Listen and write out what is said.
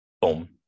Boom